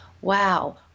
wow